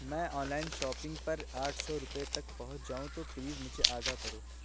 میں online shopping پر آٹھ سو روپیے تک پہنچ جاؤں تو پلیز مجھے آگاہ کرو